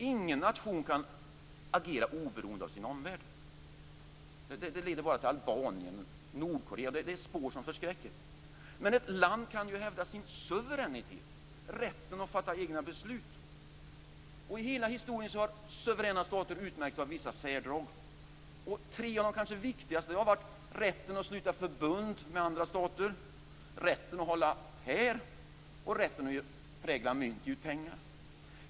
Ingen nation kan agera oberoende av sin omvärld. Det leder bara till Albanien och Nordkorea. Det är spår som förskräcker. Men ett land kan ju hävda sin suveränitet, rätten att fatta egna beslut. Genom hela historien har suveräna stater utmärkts av vissa särdrag. Tre av de kanske viktigaste har varit rätten att sluta förbund med andra stater, rätten att hålla här och rätten att prägla mynt, alltså ge ut pengar.